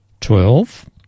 twelve